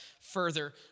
further